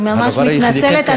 אני ממש מתנצלת,